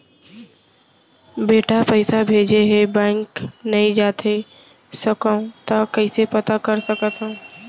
बेटा पइसा भेजे हे, बैंक नई जाथे सकंव त कइसे पता कर सकथव?